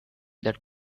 that